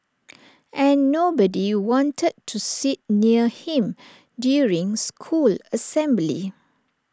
and nobody wanted to sit near him during school assembly